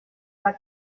war